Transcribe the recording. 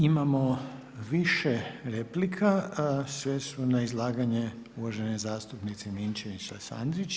Imamo više replike, sve su na izlaganje, uvažene zastupnice Ninčević Lesandrić.